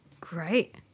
Great